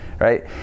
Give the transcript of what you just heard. right